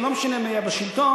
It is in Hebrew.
ולא משנה מי היה בשלטון,